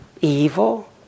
evil